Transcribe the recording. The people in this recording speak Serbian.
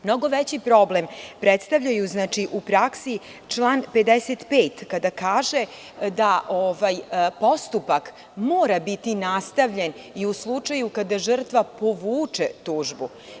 Mnogo veći problem predstavlja u praksi član 55. kada kaže – da postupak mora biti nastavljen i u slučaju kada žrtva povuče tužbu.